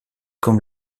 comme